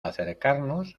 acercarnos